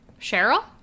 Cheryl